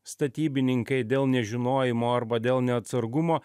statybininkai dėl nežinojimo arba dėl neatsargumo